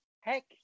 heck